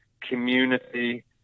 community